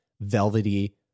velvety